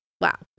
Wow